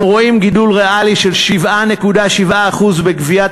אנחנו רואים גידול ריאלי של 7.7% בגביית